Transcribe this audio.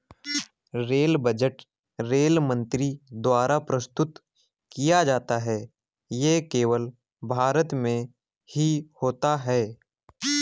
rail budget rail मंत्री द्वारा प्रस्तुत किया जाता है ये केवल भारत में ही होता है